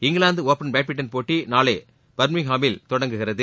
England open badminton போட்டி நாளை பர்மிங்காமில் தொடங்குகிறது